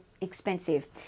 expensive